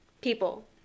people